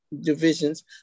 divisions